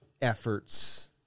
efforts